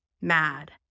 mad